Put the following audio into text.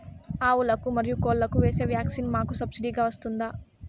ఆవులకు, మరియు కోళ్లకు వేసే వ్యాక్సిన్ మాకు సబ్సిడి గా వస్తుందా?